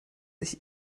sich